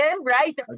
Right